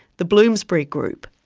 the bloomsbury group.